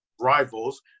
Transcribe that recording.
rivals